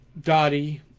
Dottie